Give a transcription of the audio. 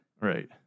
right